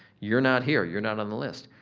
you're not here, you're not on the list,